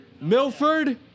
Milford